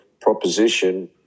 proposition